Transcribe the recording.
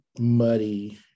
muddy